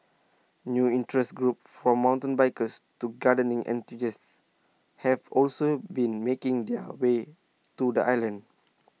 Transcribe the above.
new interest groups from mountain bikers to gardening enthusiasts have also been making their way to the island